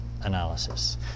analysis